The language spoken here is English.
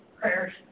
prayers